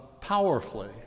powerfully